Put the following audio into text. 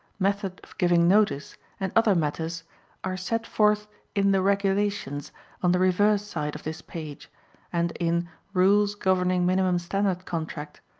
method of giving notice and other matters are set forth in the regulations on the reverse side of this page and in rules governing minimum standard contract,